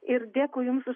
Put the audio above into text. ir dėkui jums už